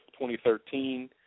2013